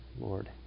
Lord